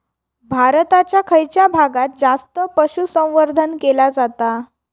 भारताच्या खयच्या भागात जास्त पशुसंवर्धन केला जाता?